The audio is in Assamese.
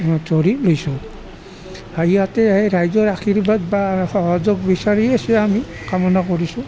ধৰি লৈছোঁ আৰু ইয়াতে ৰাইজৰ আৰ্শীবাদ বা সহযোগ বিচাৰি আছোঁ আমি কামনা কৰিছোঁ